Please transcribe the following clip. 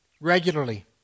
Regularly